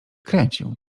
kręcił